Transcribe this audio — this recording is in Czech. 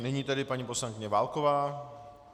Nyní tedy paní poslankyně Válková.